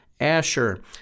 Asher